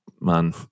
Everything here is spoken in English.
man